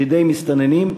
בידי מסתננים,